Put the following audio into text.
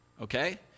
okay